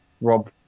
rob